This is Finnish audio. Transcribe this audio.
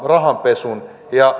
rahanpesun ja